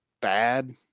bad